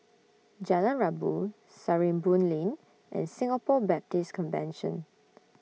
Jalan Rabu Sarimbun Lane and Singapore Baptist Convention